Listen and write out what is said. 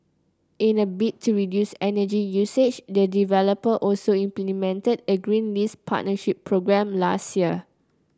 in a bid to reduce energy usage the developer also implemented a green lease partnership programme last year